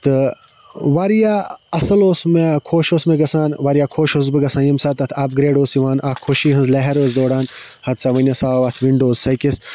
تہٕ واریاہ اَصٕل اوس مےٚ خۄش اوس مےٚ گژھان واریاہ خۄش اوسُس بہٕ گژھان ییٚمہِ ساتہٕ اَتھ اَپگرٛیڈ اوس یِوان اکھ خوشی ہٕنٛز لہر ٲس دوران ہَتہٕ سا وٕنہِ ہسا آو اَتھ وِنڈوز أکِس